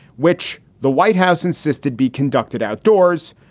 which the white house insisted be conducted outdoors,